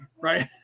right